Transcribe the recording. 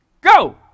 go